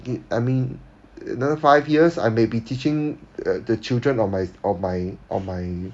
I mean another five years I may be teaching the children of my of my of my